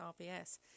RBS